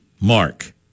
mark